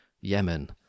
yemen